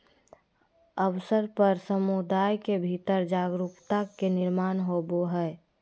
अवसर पर समुदाय के भीतर जागरूकता के निर्माण होबय हइ